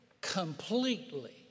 completely